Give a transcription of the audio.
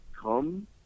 come